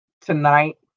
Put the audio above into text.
tonight